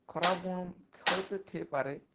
ଖରାପ୍ ଗୁଣ୍ ହୁଏ ତ ଥାଇପାରେ